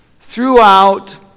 throughout